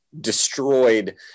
destroyed